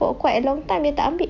for quite a long time dia tak ambil